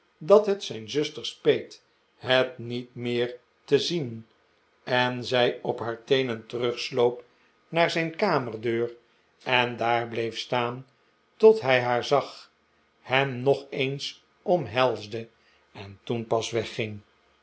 dat het zijn zuster speet het niet meer te zien en zij op haar teenen terugsloop naar zijn kamerdeur en daar bleef staan tot hij haar zag hem nog eens omhelsde en toen pas wegging